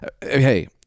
Hey